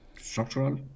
structural